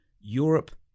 Europe